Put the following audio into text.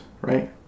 right